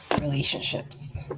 relationships